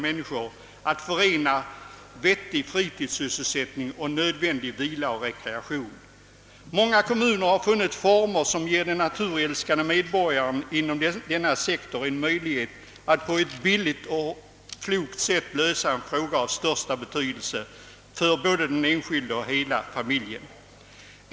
Många andra kommuner har funnit former som ger den naturälskande medborgaren möjlighet att på ett billigt och klokt sätt lösa en fråga av största betydelse för både den enskilde och familjen.